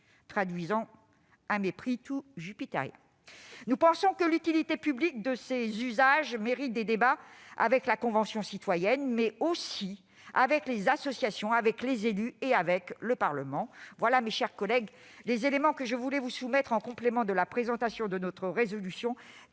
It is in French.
traduisant un mépris tout jupitérien. Nous pensons que l'utilité publique de ces usages justifie des débats avec la Convention citoyenne, mais aussi avec les associations, les élus et le Parlement. Tels sont, mes chers collègues, les éléments que je souhaitais vous soumettre, en complément de la présentation de notre proposition